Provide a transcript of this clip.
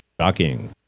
shocking